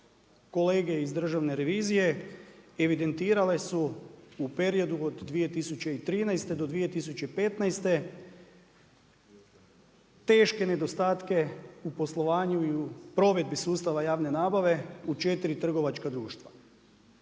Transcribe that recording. kolege iz Državne revizije, evidentirale su u periodu od 2013.-2015. teške nedostatke u poslovanju i u provedbi sustava javne nabave u 4 trgovačka društva.